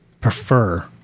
prefer